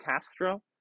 Castro